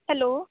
hello